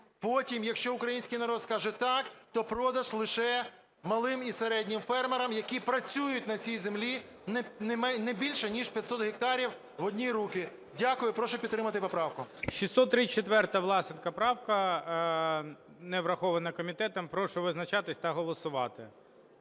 потім, якщо український народ скаже "так", то продаж лише малим і середнім фермерам, які працюють на цій землі, не більше ніж 500 гектарів в одні руки. Дякую. Прошу підтримати поправку. ГОЛОВУЮЧИЙ. 634 Власенка правка. Не врахована комітетом. Прошу визначатись та голосувати.